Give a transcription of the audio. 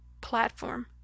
platform